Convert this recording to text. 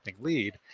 lead